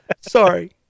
Sorry